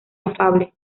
afable